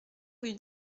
rue